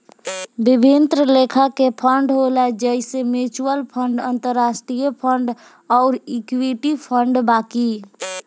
विभिन्न लेखा के फंड होला जइसे म्यूच्यूअल फंड, अंतरास्ट्रीय फंड अउर इक्विटी फंड बाकी